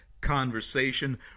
conversation